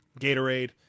Gatorade